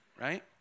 Right